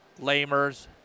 Lamers